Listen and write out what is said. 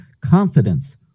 Confidence